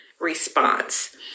response